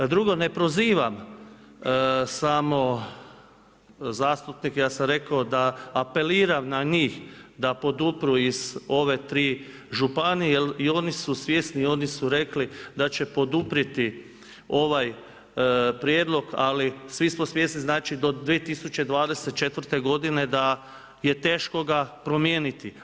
Drugo, ne prozivam samo zastupnike, ja sam rekao da apeliram na njih da podupru iz ove tri županije jel oni su svjesni oni su rekli da će poduprijeti ovaj prijedlog, ali svi smo svjesni znači do 2024. godine da ga je teško promijeniti.